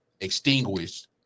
extinguished